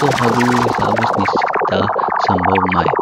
तू हुझु हिसाब्स निश्चिति समभाव माय।